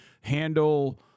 handle